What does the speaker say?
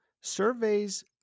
surveys